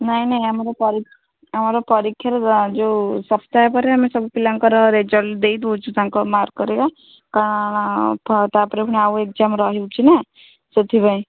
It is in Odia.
ନାହିଁ ନାହିଁ ଆମର ଆମର ପରୀକ୍ଷାରେ ଯେଉଁ ସପ୍ତାହ ପରେ ଆମେ ସବୁ ପିଲାଙ୍କର ରେଜଲ୍ଟ ଦେଇ ଦେଉଛୁ ତାଙ୍କ ମାର୍କରେ କାରଣ ତା'ପରେ ପୁଣି ଆଉ ଏଗ୍ଜାମ୍ ରହୁଛି ନା ସେଥିପାଇଁ